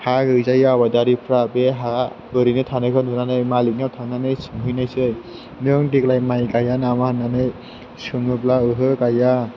हा गैजायि आबादारिफोरा बे हा ओरैनो थानायखौ नुनानै मालिकनिआव थांनानै सोंहैनोसै नों देग्लाय माइ गाया नामा होननानै सोङोब्ला ओहो गाया